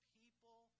people